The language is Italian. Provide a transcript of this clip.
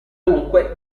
dunque